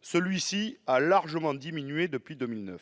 Ce dernier a largement diminué depuis 2009.